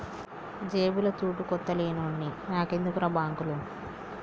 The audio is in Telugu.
జేబుల తూటుకొత్త లేనోన్ని నాకెందుకుర్రా బాంకులు